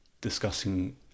discussing